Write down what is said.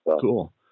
Cool